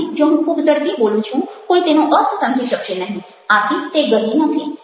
જો હું ખૂબ ઝડપી બોલું છું કોઈ તેનો અર્થ સમજી શકશે નહિ આથી તે ગતિ નથી